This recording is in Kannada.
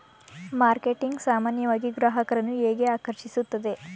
ಮಾರ್ಕೆಟಿಂಗ್ ಸಾಮಾನ್ಯವಾಗಿ ಗ್ರಾಹಕರನ್ನು ಹೇಗೆ ಆಕರ್ಷಿಸುತ್ತದೆ?